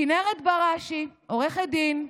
כנרת בראשי, עורכת דין,